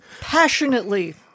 Passionately